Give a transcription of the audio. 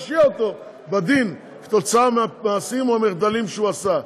ועד ההחלטה אם להרשיע אותו בדין על המעשים או המחדלים שהוא עשה.